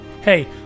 hey